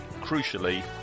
crucially